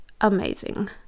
amazing